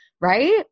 Right